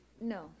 No